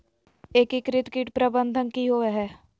एकीकृत कीट प्रबंधन की होवय हैय?